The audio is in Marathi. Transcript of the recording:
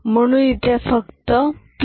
म्हणून इथे फक्त 1 आला